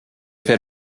fait